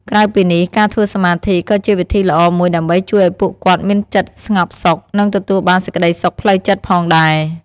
ក្រៅពីនេះ ការធ្វើសមាធិក៏ជាវិធីល្អមួយដើម្បីជួយឲ្យពួកគាត់មានចិត្តស្ងប់សុខ និងទទួលបានសេចក្ដីសុខផ្លូវចិត្តផងដែរ។